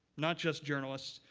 not just journalists,